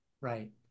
right